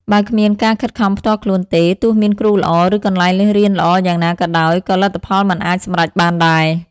បើគ្មានការខិតខំផ្ទាល់ខ្លួនទេ ទោះមានគ្រូល្អ ឬកន្លែងរៀនល្អយ៉ាងណាក៏ដោយ ក៏លទ្ធផលមិនអាចសម្រេចបានដែរ។